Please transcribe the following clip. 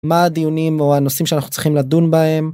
מה הדיונים או הנושאים שאנחנו צריכים לדון בהם.